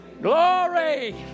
glory